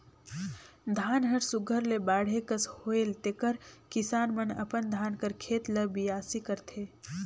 धान हर सुग्घर ले बाढ़े कस होएल तेकर किसान मन अपन धान कर खेत ल बियासी करथे